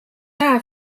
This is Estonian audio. käe